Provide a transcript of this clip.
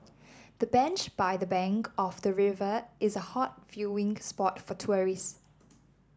the bench by the bank of the river is a hot viewing spot for tourists